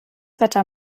wetter